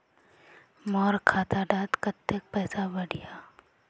मोर खाता डात कत्ते पैसा बढ़ियाहा?